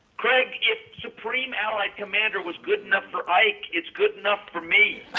craig, if supreme allied commander was good enough for ike, it's good enough for me.